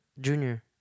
Junior